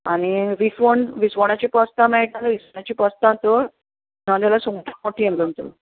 आनी विसवण विसवणांची पोस्ता मेळटा जाल्यार विसवणाची पोस्ताच नाजाल्यार सुंगटा मोटी